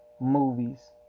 movies